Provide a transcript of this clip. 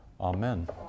Amen